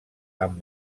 amb